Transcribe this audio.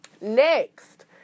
Next